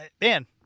Man